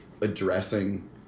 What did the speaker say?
addressing